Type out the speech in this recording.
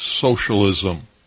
socialism